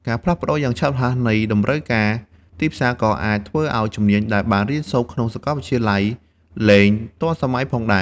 ការផ្លាស់ប្តូរយ៉ាងឆាប់រហ័សនៃតម្រូវការទីផ្សារ ក៏អាចធ្វើឲ្យជំនាញដែលបានរៀនសូត្រក្នុងសាកលវិទ្យាល័យ លែងទាន់សម័យផងដែរ។